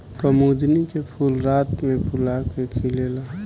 कुमुदिनी के फूल रात में फूला के खिलेला